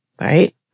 right